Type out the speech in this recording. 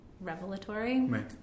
revelatory